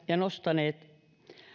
ja nostaneet